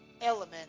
element